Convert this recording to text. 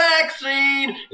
vaccine